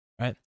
right